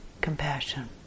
compassion